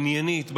עניינית,